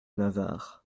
navarre